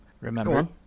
Remember